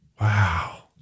Wow